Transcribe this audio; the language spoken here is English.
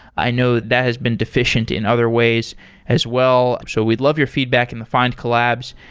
i know that has been deficient in other ways as well. so we'd love your feedback in the findcollabs.